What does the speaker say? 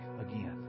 again